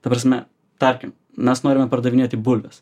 ta prasme tarkim mes norime pardavinėti bulves